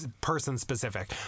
person-specific